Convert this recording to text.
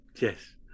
yes